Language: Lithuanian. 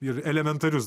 ir elementarius